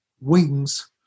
Wings